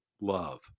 love